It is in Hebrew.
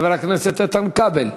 חבר הכנסת איתן כבל.